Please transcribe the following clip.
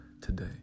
today